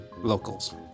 locals